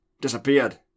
disappeared